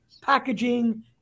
packaging